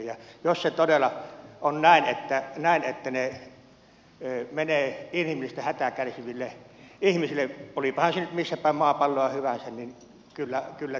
ja jos se todella on näin että ne menevät inhimillistä hätää kärsiville ihmisille olivatpahan he nyt missä päin maapalloa hyvänsä niin kyllä tietenkin se on kannatettavaa